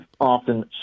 often